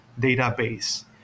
database